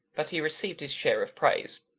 but he received his share of praise.